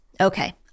Okay